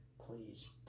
please